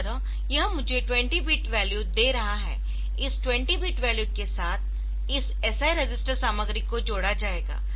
इस तरह यह मुझे 20 बिट वैल्यू दे रहा है इस 20 बिट वैल्यू के साथ इस SI रजिस्टर सामग्री को जोड़ा जाएगा